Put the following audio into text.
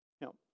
Now